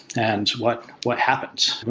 and what what happens?